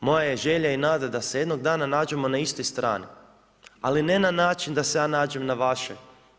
Moja je želja i nada da se jednoga dana nađemo na istoj strani, ali ne na način da se ja nađem na vašoj,